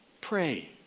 Pray